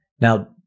Now